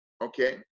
Okay